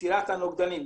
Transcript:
יצירת הנוגדנים.